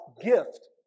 gift